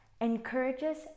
encourages